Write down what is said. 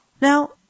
Now